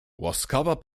łaskawa